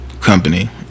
company